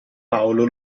paolo